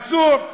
אסור.